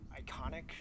iconic